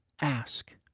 Ask